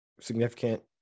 significant